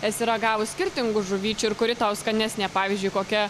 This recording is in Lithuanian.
esi ragavus skirtingų žuvyčių ir kuri tau skanesnė pavyzdžiui kokia